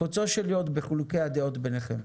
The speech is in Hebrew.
קוצו של יו"ד בחילוקי הדעות ביניכם.